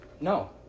No